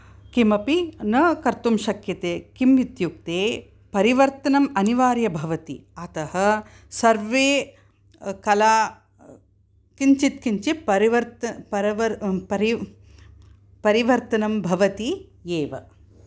किमपि न कर्तुं शक्यते किम् इत्युक्ते परिवर्तनम् अनिवार्यः भवति अतः सर्वे कलाः किञ्चित् किञ्चित् परिवर्तनं परिवर्तनं भवति एव